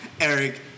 Eric